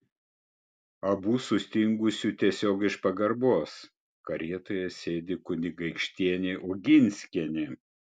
abu sustingusiu tiesiog iš pagarbos karietoje sėdi kunigaikštienė oginskienė